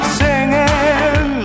singing